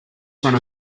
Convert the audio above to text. front